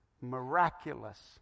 miraculous